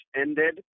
ended